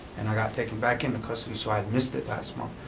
and i got taken back into custody, so i had missed it last month,